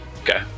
Okay